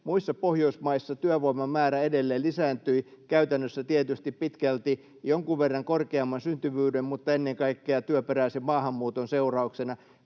Muissa Pohjoismaissa työvoiman määrä edelleen lisääntyi, käytännössä tietysti pitkälti jonkun verran korkeamman syntyvyyden mutta ennen kaikkea työperäisen maahanmuuton seurauksena.